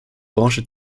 branche